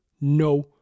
no